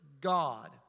God